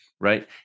right